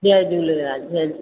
जय झूलेलाल जय झूलेलाल